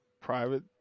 private